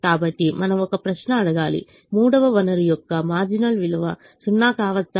కాబట్టి మనం ఒక ప్రశ్న అడగాలి మూడవ వనరు యొక్క మార్జినల్ విలువ 0 కావచ్చా